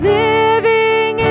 living